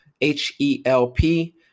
H-E-L-P